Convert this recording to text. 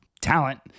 talent